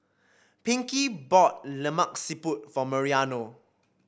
Pinkey bought Lemak Siput for Mariano